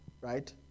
right